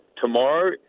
tomorrow